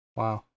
wow